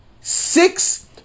six